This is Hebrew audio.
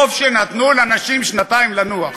טוב שנתנו לנשים שנתיים לנוח.